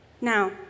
Now